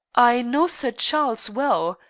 i know sir charles well.